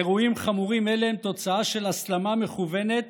אירועים חמורים אלה הם תוצאה של הסלמה מכוונת